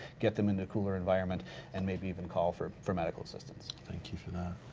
get them into cooler environment and maybe even call for for medical assistance. thank you for that.